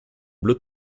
bleu